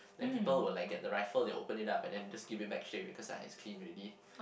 then people will like get the rifle they open it up and then just give it back straight away cause like it's clean already